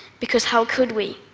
because how could we?